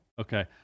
Okay